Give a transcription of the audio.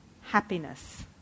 happiness